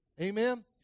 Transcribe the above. Amen